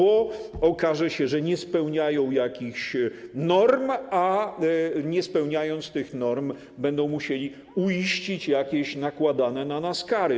Okaże się, że nie spełniają jakichś norm, a nie spełniając tych norm, będą musieli uiścić jakieś nakładane na nas kary.